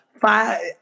five